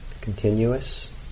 continuous